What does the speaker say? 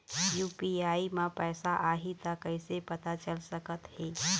UPI म पैसा आही त कइसे पता चल सकत हे?